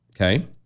Okay